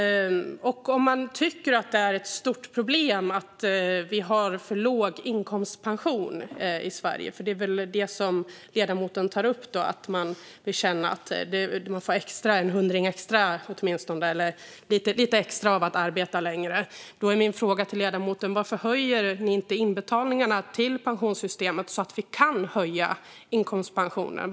Om man tycker att det är ett stort problem att inkomstpensionen är för låg i Sverige, för det är väl detta som ledamoten syftar på när hon talar om att man vill känna att man får lite extra av att arbeta längre, blir min fråga till henne: Varför höjer ni inte inbetalningarna till pensionssystemet, så att vi kan höja inkomstpensionen?